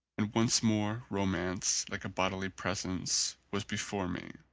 and once more romance, like a bodily presence, was before me.